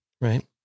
right